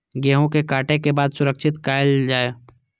गेहूँ के काटे के बाद सुरक्षित कायल जाय?